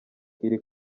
iri